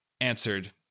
answered